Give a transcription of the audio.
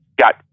got